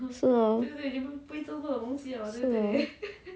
是 lor 是 or